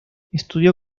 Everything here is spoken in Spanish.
estudió